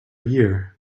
year